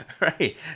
Right